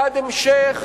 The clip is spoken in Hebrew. בעד המשך